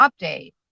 update